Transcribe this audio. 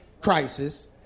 crisis